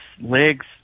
legs